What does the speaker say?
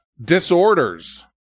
disorders